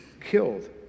killed